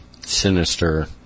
sinister